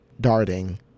darting